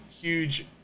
huge